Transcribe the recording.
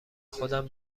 خودم